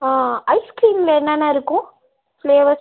ஆ ஐஸ்கிரீமில் என்னென்ன இருக்கும் ஃபிளேவர்ஸ்